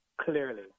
clearly